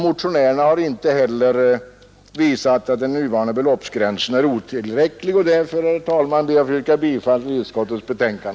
Motionärerna har inte heller visat att den nuvarande beloppsgränsen är otillräcklig. Därför, herr talman, ber jag att få yrka bifall till utskottets hemställan.